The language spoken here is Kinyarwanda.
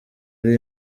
ari